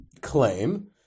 claim